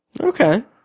Okay